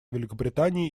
великобритании